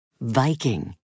Viking